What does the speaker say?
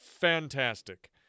fantastic